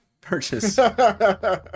purchase